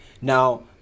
Now